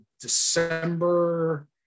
December